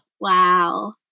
wow